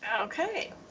okay